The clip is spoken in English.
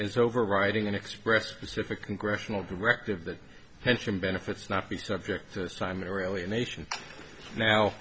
as overriding an expressed specific congressional directive that pension benefits not be subject to simon or alienation now